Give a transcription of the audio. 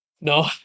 No